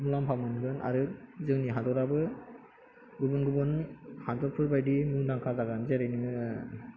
मुलाम्फाबो मोनगोन आरो जोंनि हादराबो गुबुन गुबुन हादरफोरबायदि मुंदांखा जागोन जेरै नोङो